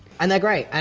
and they're great.